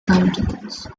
countenance